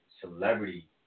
celebrity